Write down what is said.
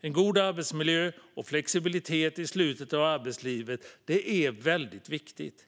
En god arbetsmiljö och flexibilitet i slutet av arbetslivet är väldigt viktigt.